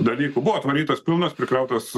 dalykų buvo atvarytas pilnas prikrautas